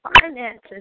Finances